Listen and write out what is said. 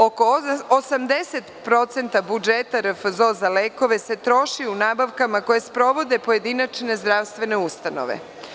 Oko 80% budžeta RFZO za lekove se troši u nabavkama koje sprovode pojedinačne zdravstvene ustanove.